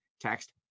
Text